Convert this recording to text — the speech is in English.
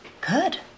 Good